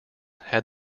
had